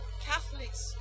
Catholics